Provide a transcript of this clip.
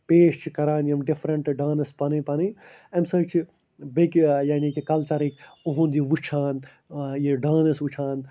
پیش چھِ کَران یِم ڈِفرَنٛٹہٕ ڈانَس پَنٕنۍ پَنٕںۍ اَمہِ سۭتۍ چھِ بیٚکہِ یعنی کہِ کَلچَرٕکۍ اُہُنٛد یہِ وُچھان یہِ ڈانَس وُچھان